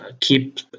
keep